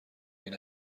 این